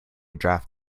draft